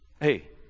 Hey